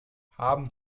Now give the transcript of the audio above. haben